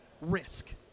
risk